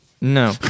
No